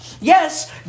Yes